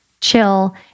chill